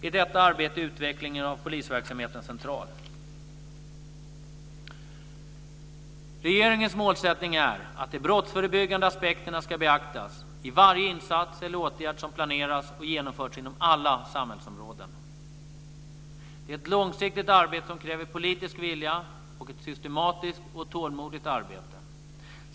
I detta arbete är utvecklingen av polisverksamheten central. Regeringens målsättning är att de brottsförebyggande aspekterna ska beaktas i varje insats eller åtgärd som planeras och genomförs inom alla samhällsområden. Det är ett långsiktigt arbete som kräver politisk vilja och ett systematiskt och tålmodigt arbete.